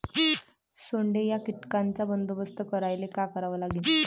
सोंडे या कीटकांचा बंदोबस्त करायले का करावं लागीन?